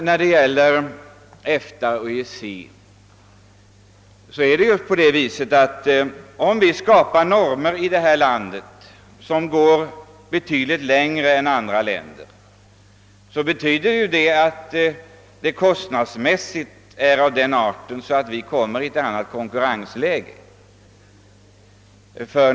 När det gäller EFTA och EEC förhåller det sig så att om vi i vårt land skapar normer som går betydligt längre än i andra länder, får detta kostnadsmässiga följder av den arten att vårt näringsliv hamnar i ett annat konkurrensläge.